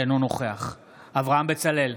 אינו נוכח אברהם בצלאל,